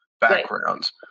backgrounds